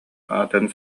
атын